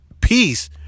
peace